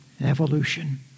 Evolution